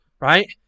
right